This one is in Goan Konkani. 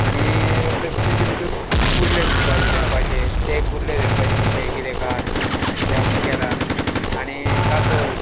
आणी तशें तेजे भितूर कुर्ले म्हणपाचे धरपाचे तें कुर्ले धरपाचे कशे किदें कात तें आमी केला आणी कासव